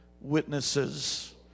witnesses